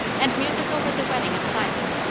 and musical with the whetting of scythes.